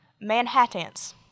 Manhattans